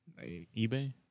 eBay